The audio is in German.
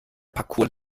parkour